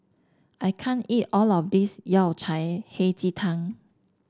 I can't eat all of this Yao Cai Hei Ji Tang